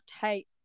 tight